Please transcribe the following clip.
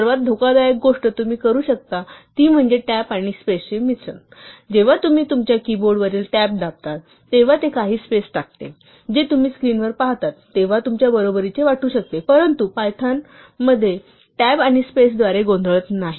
सर्वात धोकादायक गोष्ट तुम्ही करू शकता ती म्हणजे टॅब आणि स्पेसचे मिश्रण वापरणे जेव्हा तुम्ही तुमच्या कीबोर्डवरील टॅब दाबतात तेव्हा ते काही स्पेस टाकते जे तुम्ही स्क्रीनवर पाहतात तेव्हा तुमच्या बरोबरीचे वाटू शकते परंतु पायथन टॅब आणि स्पेसद्वारे गोंधळत नाही